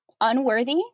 unworthy